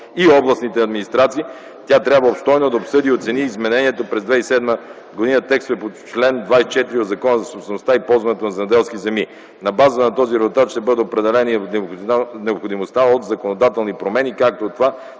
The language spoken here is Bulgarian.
и областните администрации. Тя трябва обстойно да обсъди и оцени изменения през 2007 г. текст по чл. 24 от Закона за собствеността и ползването на земеделските земи. На база на този резултат ще бъде определена и необходимостта от законодателни промени, както и от това